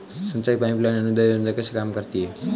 सिंचाई pipeline अनुदान योजना कैसे काम करती है?